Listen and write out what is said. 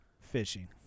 fishing